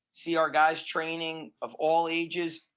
see our guys training of all ages,